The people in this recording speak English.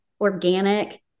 organic